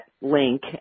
link